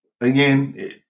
again